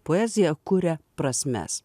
poezija kuria prasmes